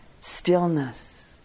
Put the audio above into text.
stillness